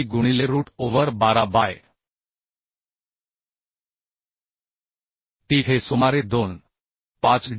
7d गूणिले root over 12 by t हे सुमारे 2